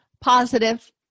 positive